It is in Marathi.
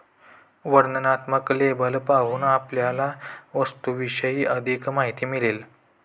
वर्णनात्मक लेबल पाहून आपल्याला वस्तूविषयी अधिक माहिती मिळेल